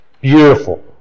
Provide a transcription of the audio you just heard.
beautiful